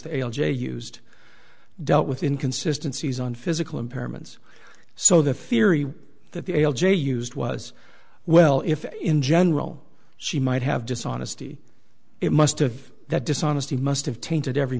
the l j used dealt with in consistencies on physical impairments so the theory that the a l j used was well if in general she might have dishonesty it must have that dishonesty must have tainted every